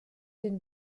den